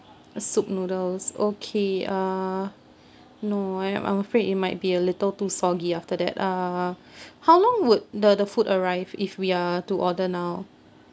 uh soup noodles okay uh no I'm I'm afraid it might be a little too soggy after that uh how long would the the food arrive if we are to order now